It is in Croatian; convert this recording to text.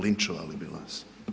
Linčovali bi vas.